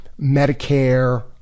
Medicare